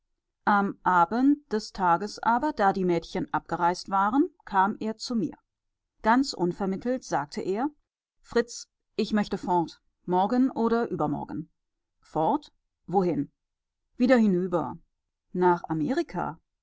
am abend des tages aber da die mädchen abgereist waren kam er zu mir ganz unvermittelt sagte er fritz ich möchte fort morgen oder übermorgen fort wohin wieder hinüber nach amerika